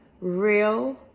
real